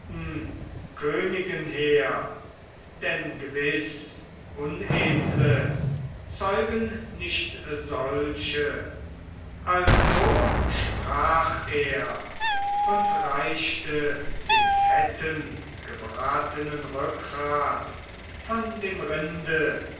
königen her denn gewiß unedle zeugen nicht solche also sprach er und reichte den fetten gebratenen rückgrat von dem rinde